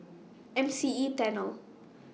M C E Tunnel